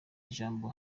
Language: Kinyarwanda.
ijambo